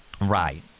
Right